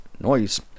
noise